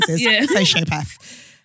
Sociopath